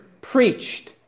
preached